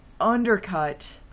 undercut